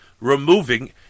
removing